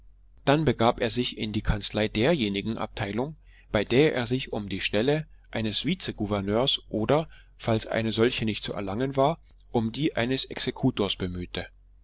dann begab er sich in die kanzlei derjenigen abteilung bei der er sich um die stelle eines vizegouverneurs oder falls eine solche nicht zu erlangen war um die eines exekutors bemühte